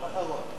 לא אחרון.